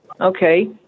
Okay